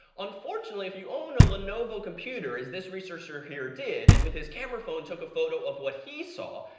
unfortunately, if you own a lenovo computer, as this researcher here did, and with his camera phone, took a photo of what he saw,